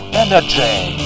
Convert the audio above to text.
energy